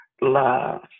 love